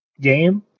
game